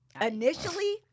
Initially